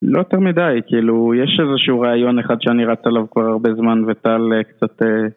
לא יותר מדי, כאילו, יש איזה שהוא רעיון אחד שאני רץ עליו כבר הרבה זמן וטל קצת אה...